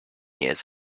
years